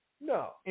No